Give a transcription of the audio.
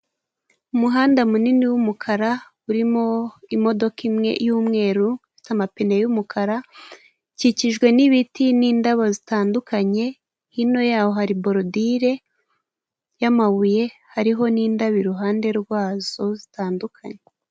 Umuhanda munini w'umukara urimo imodoka imwe y'umweru ifite amapine y'umukara, ikikijwe n'ibiti n'indabo zitandukanye, hino y'aho hari borodile y'amabuye hariho n'indabo iruhande rwazo zitandukanye.